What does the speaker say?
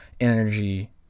energy